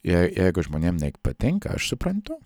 jei jeigu žmonėm patinka aš suprantu